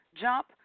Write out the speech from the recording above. jump